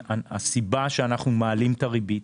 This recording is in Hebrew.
הסיבה שאנחנו מעלים את הריבית,